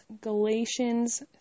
Galatians